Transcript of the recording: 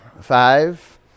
Five